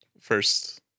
First